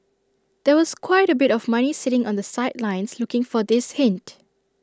there was quite A bit of money sitting on the sidelines looking for this hint